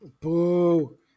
boo